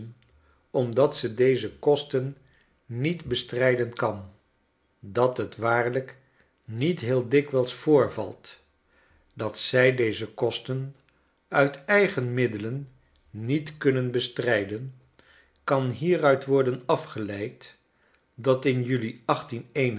omdat ze deze kosten niet bestrijden kan dat het waarlijk niet heel dikwijls voorvalt dat zij deze kosten uit eigen middelen niet kunnen bestrijden kan meruit worden afgeleid dat in juli